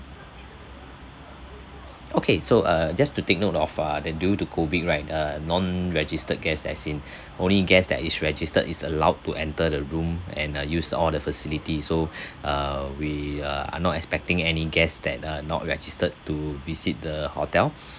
okay so uh just to take note of ah the due to COVID right uh non registered guests as in only guest that is registered is allowed to enter the room and uh use all the facility so err we uh are not expecting any guest that are not registered to visit the hotel